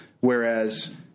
whereas